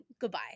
Goodbye